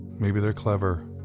maybe they're clever